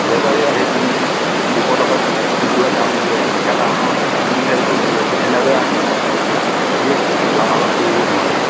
বেপাৰী আহি পিনি দুশ টকাত কুকুৰা দাম দিয়ে এটা হাঁহত তিনি চাৰিশ দিয়ে এনেদৰে আমি বিশেষ লাভালাভ কৰিব নোৱাৰোঁ